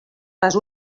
les